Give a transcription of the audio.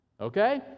okay